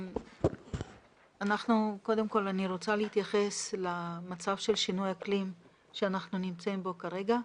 אני רוצה להתייחס למצב של שינוי אקלים בו אנחנו נמצאים כרגע.